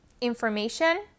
information